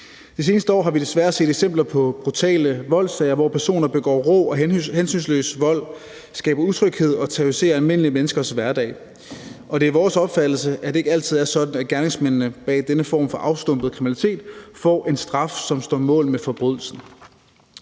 Det seneste år har vi desværre set eksempler på brutale voldssager, hvor personer begår rå og hensynsløs vold, skaber utryghed og terroriserer almindelige menneskers hverdag. Det er vores opfattelse, at det ikke altid er sådan, at gerningsmændene bag denne form for afstumpet kriminalitet får en straf, som står mål med forbrydelsen.